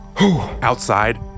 Outside